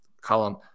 column